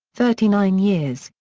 thirty nine years,